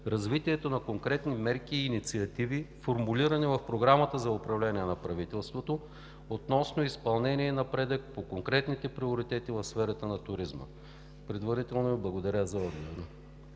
развитието на конкретни мерки и инициативи, формулирани в Програмата за управление на правителството относно изпълнение и напредък по конкретните приоритети в сферата на туризма. Предварително Ви благодаря за отговора.